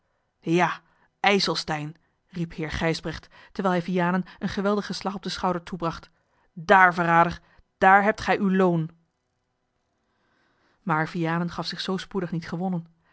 ja ijselstein riep heer gijsbrecht terwijl hij vianen een geweldigen slag op den schouder toebracht daar verrader daar hebt ge uw loon maar vianen gaf zich zoo spoedig niet gewonnen